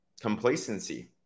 complacency